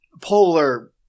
polar